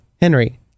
Henry